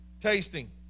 tasting